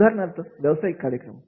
उदाहरणार्थ व्यवसायिक अभ्यासक्रम